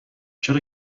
چرا